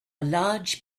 large